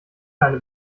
keine